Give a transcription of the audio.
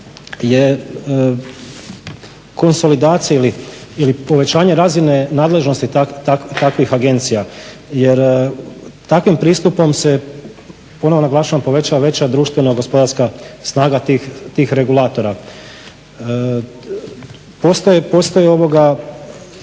je konsolidacija ili povećanje razine nadležnosti takvih agencija, jer takvim pristupom se ponovno naglašavam povećava veća društvena gospodarska snaga tih regulatora. Postoje